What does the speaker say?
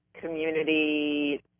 community